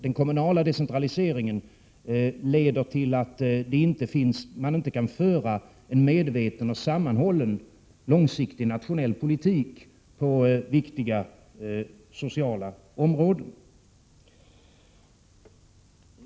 Den kommunala decentraliseringen får inte leda till att det inte kan föras en medveten och sammanhållen långsiktig nationell politik på viktiga sociala områden.